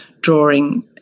drawing